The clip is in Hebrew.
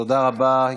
תודה רבה.